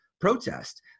protest